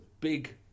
big